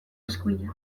eskuila